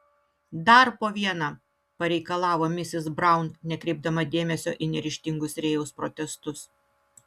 dar po vieną pareikalavo misis braun nekreipdama dėmesio į neryžtingus rėjaus protestus